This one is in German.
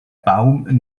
baum